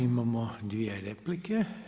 Imamo dvije replike.